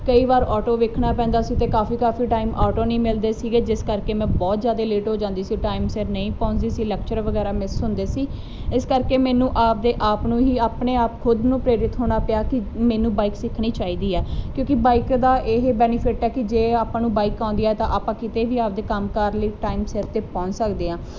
ਕਈ ਵਾਰ ਆਟੋ ਵੇਖਣਾ ਪੈਂਦਾ ਸੀ ਤੇ ਕਾਫੀ ਕਾਫੀ ਟਾਈਮ ਆਟੋ ਨਹੀਂ ਮਿਲਦੇ ਸੀ ਜਿਸ ਕਰਕੇ ਮੈਂ ਬਹੁਤ ਜਿਆਦੇ ਲੇਟ ਹੋ ਜਾਂਦੀ ਸੀ ਟਾਈਮ ਸਿਰ ਨਹੀਂ ਪਹੁੰਚਦੀ ਸੀ ਲੈਕਚਰ ਵਗੈਰਾ ਮਿਸ ਹੁੰਦੇ ਸੀ ਇਸ ਕਰਕੇ ਮੈਨੂੰ ਆਪਦੇ ਆਪ ਨੂੰ ਹੀ ਆਪਣੇ ਆਪ ਖੁਦ ਨੂੰ ਪ੍ਰੇਰਿਤ ਹੋਣਾ ਪਿਆ ਕਿ ਮੈਨੂੰ ਬਾਈਕ ਸਿੱਖਣੀ ਚਾਹੀਦੀ ਆ ਕਿਉਂਕਿ ਬਾਈਕ ਦਾ ਇਹ ਬੈਨੀਫਿਟ ਐ ਕਿ ਜੇ ਆਪਾਂ ਨੂੰ ਬਾਈਕ ਆਉਂਦੀ ਆ ਤਾਂ ਆਪਾਂ ਕਿਤੇ ਵੀ ਆਪਦੇ ਕੰਮ ਕਾਰ ਲਈ ਟਾਈਮ ਸਿਰ ਤੇ ਪਹੁੰਚ ਸਕਦੇ ਆਂ